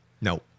No